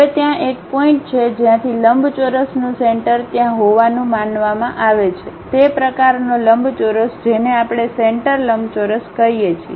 હવે ત્યાં એક પોઇન્ટ છે જ્યાંથી લંબચોરસનું સેન્ટરત્યાં હોવાનું માનવામાં આવે છે તે પ્રકારનો લંબચોરસ જેને આપણે સેન્ટરલંબચોરસ કહીએ છીએ